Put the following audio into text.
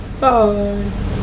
Bye